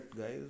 guys